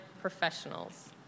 professionals